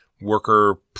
worker